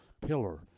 pillar